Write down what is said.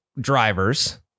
drivers